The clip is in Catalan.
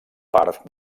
part